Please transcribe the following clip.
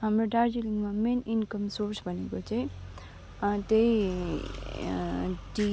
हाम्रो दार्जिलिङमा main income source भनेको चाहिँ त्यही टी